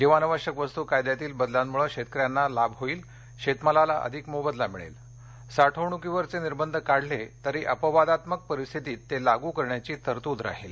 जीवनावश्यक वस्तू कायद्यातील बदलांमुळे शेतकर्यांसना फायदा होईल शेतमालाला अधिक मोबदला मिळेल साठवणुकीवरचे निर्बंध काढले तरी अपवादात्मक परिस्थितीत ते लागू करण्याची तरतूद राहील